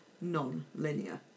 non-linear